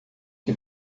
que